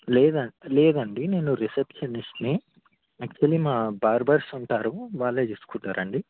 లేద లేదండి నేను రిసెప్సనిస్ట్ని యాక్చువల్లీ మా బార్బర్స్ ఉంటారు వాళ్ళే చూసుకుంటారు అండి